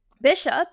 Bishop